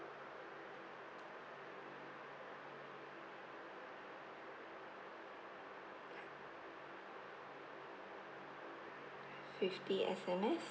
fifty S_M_S